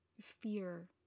fear